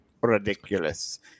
Ridiculous